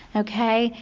okay?